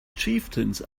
chieftains